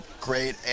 great